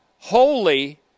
Holy